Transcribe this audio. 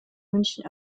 münchen